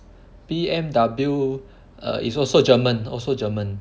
B_M_W err is also German also German